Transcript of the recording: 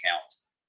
accounts